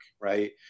right